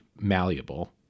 malleable